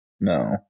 No